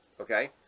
Okay